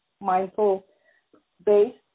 mindful-based